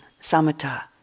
samatha